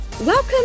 welcome